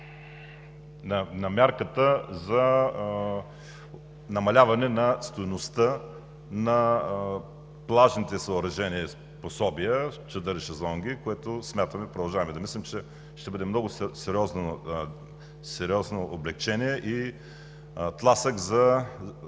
на мярката за намаляване на стойността на плажните съоръжения и пособия – чадъри и шезлонги, за които смятаме и продължаваме да мислим, че ще бъде много сериозно облекчение и тласък за